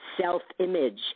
self-image